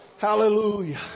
Hallelujah